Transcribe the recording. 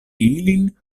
ilin